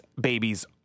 babies